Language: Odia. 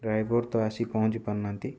ଡ୍ରାଇଭର ତ ଆସି ପହଞ୍ଚି ପାରୁନାହାଁନ୍ତି